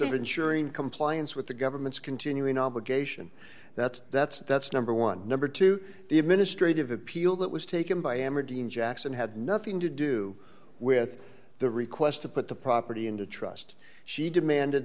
of ensuring compliance with the government's continuing obligation that that's that's number one number two the administrative appeal that was taken by amber deen jackson had nothing to do with the request to put the property into trust she demanded